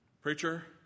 preacher